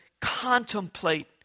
contemplate